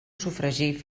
sofregir